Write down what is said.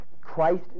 Christ